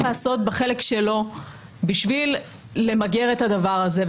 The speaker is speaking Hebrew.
לעשות בחלק שלו בשביל למגר את הדבר הזה.